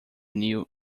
new